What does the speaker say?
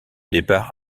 départ